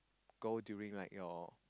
go during like your